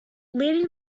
leading